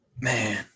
Man